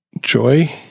Joy